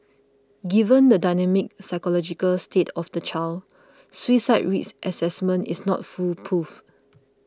given the dynamic psychological state of the child suicide risk assessment is not foolproof